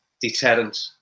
deterrent